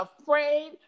afraid